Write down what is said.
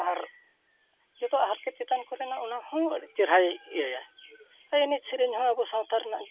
ᱟᱨ ᱡᱚᱛᱚᱣᱟᱜ ᱦᱟᱨᱠᱮᱛ ᱪᱮᱛᱟᱱ ᱠᱚᱨᱮᱱᱟᱜ ᱚᱱᱟᱦᱚᱸ ᱟᱹᱰᱤ ᱪᱮᱨᱦᱟᱭ ᱤᱭᱟᱹᱭᱟ ᱮᱱᱮᱡ ᱥᱮᱨᱮᱧᱦᱚᱸ ᱟᱵᱚ ᱥᱟᱶᱛᱟ ᱨᱮᱱᱟᱜ ᱜᱮ